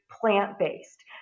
plant-based